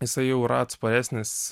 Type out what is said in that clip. jisai jau yra atsparesnis